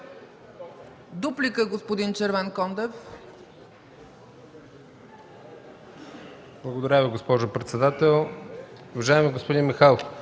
Дуплика – господин Червенкондев.